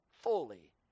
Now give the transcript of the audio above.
fully